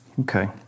Okay